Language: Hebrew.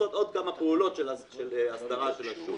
לעשות עוד כמה פעולות של הסדרה של השוק.